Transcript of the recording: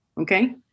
Okay